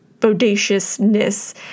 bodaciousness